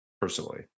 personally